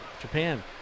Japan